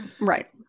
Right